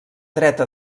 dreta